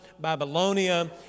Babylonia